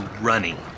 running